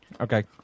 Okay